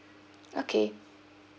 okay